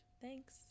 thanks